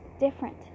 Different